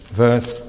verse